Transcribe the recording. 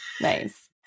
Nice